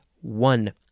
one